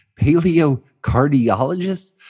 paleocardiologist